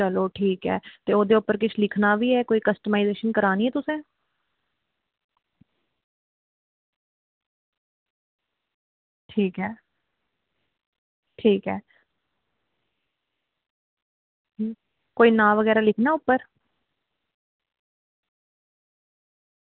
चलो ठीक ऐ ते ओह्दे पर किश लिखना बी ऐ कस्टमाईजेशन करानी तुसें ठीक ऐ ठीक ऐ कोई नांऽ लिखना उप्पर कुदै